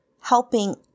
helping